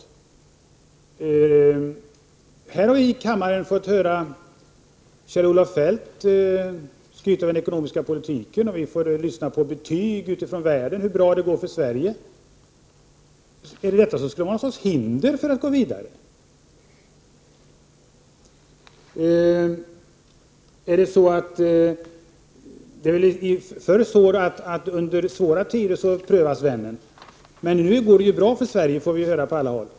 Vi har här i kammaren fått höra Kjell-Olof Feldt skryta med den ekonomiska politiken. Vi får lyssna på betyg utifrån världen om hur bra det går för Sverige. Skulle detta vara någon sorts hinder för att gå vidare? Det är väl snarare så, att under svåra tider prövas vännen. Nu går det ju bra för Sverige, får vi höra på alla håll.